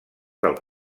del